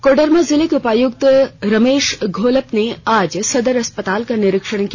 कोडरमा जिले के उपायुक्त रमेश घोलप ने आज सदर अस्पताल का निरीक्षण किया